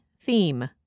Theme